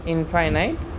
Infinite